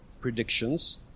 predictions